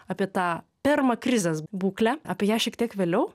apie tą pirmą krizės būklę apie ją šiek tiek vėliau